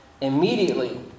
Immediately